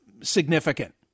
significant